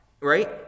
right